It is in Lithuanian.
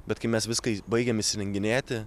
bet kai mes viską baigėm įsirenginėti